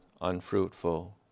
unfruitful